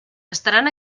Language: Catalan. estaran